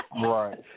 Right